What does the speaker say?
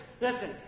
listen